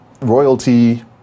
royalty